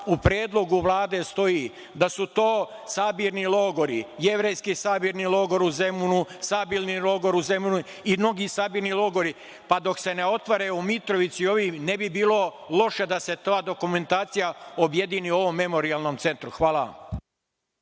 u predlogu Vlade stoji da su to sabirni logori, Jevrejski sabirni logor u Zemunu, Sabirni logor u Zemunu i mnogi sabirni logori, pa do se ne otvore u Mitrovici, ne bi bilo loše da se ta dokumentacija objedini u ovom memorijalnom centru. Hvala